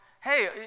hey